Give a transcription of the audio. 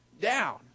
down